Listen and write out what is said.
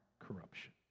corruption